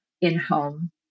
in-home